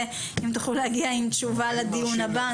אם תוכלו להגיע עם תשובה לדיון הבא,